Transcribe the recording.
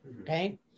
Okay